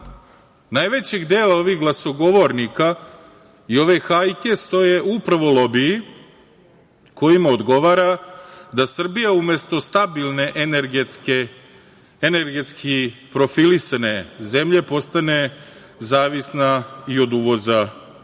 najvećeg dela ovih glasogovornika i ove hajke stoje upravo lobiji, kojima odgovara da Srbija umesto stabilne energetski profilisane zemlje postane zavisna i od uvoza električne